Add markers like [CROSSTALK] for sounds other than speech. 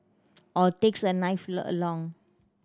or takes a knife [UNINTELLIGIBLE] along